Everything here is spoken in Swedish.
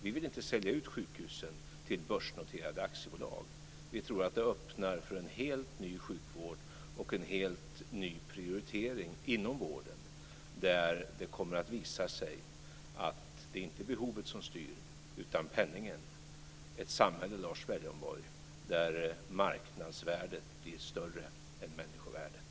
Vi vill inte sälja ut sjukhusen till börsnoterade aktiebolag. Vi tror att det öppnar för en helt ny sjukvård och en helt ny prioritering inom vården där det kommer att visa sig att det inte är behovet som styr utan penningen - ett samhälle, Lars Leijonborg, där marknadsvärdet blir större än människovärdet.